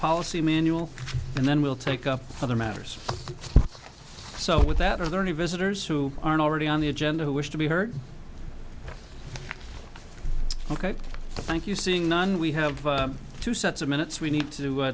policy manual and then we'll take up other matters so with that are there any visitors who aren't already on the agenda who wish to be heard ok thank you seeing none we have two sets of minutes we need to